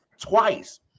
twice